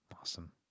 awesome